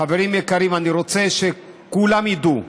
חברים יקרים, אני רוצה שכולם ידעו: